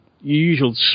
usual